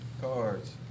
Cards